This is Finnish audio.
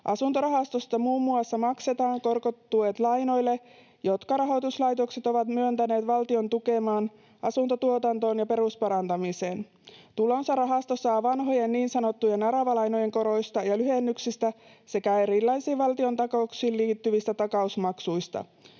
Asuntorahastosta muun muassa maksetaan korkotuet lainoille, jotka rahoituslaitokset ovat myöntäneet valtion tukemaan asuntotuotantoon ja perusparantamiseen. Tulonsa rahasto saa vanhojen niin sanottujen aravalainojen koroista ja lyhennyksistä sekä erilaisiin valtiontakauksiin liittyvistä takausmaksuista.